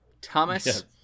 Thomas